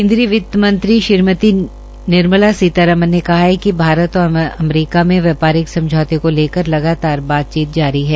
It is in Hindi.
केन्द्रीय वित्त मंत्री श्रीमती निर्मला सीतामरन ने कहा कि भारत और अमरीका में व्यापारिक समझोते को लेकर लगातार बातचीत जारी है